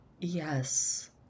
Yes